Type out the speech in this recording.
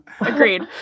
Agreed